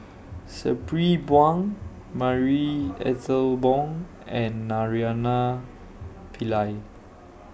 Sabri Buang Marie Ethel Bong and Naraina Pillai